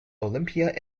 olimpia